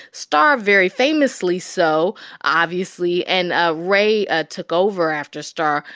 starr very famously so, obviously. and ah ray ah took over after starr.